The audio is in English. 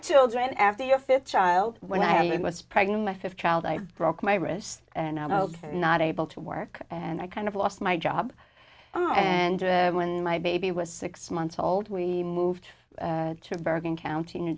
children after your fifth child when i was pregnant my fifth child i broke my wrist and i told her not able to work and i kind of lost my job and when my baby was six months old we moved to bergen county new